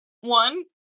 One